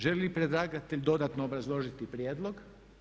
Želi li predlagatelj dodatno obrazložiti prijedlog?